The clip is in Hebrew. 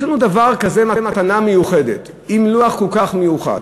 יש לנו דבר כזה, מתנה מיוחדת, עם לוח כל כך מיוחד,